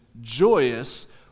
joyous